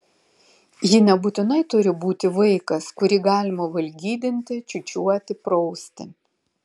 ji nebūtinai turi būti vaikas kurį galima valgydinti čiūčiuoti prausti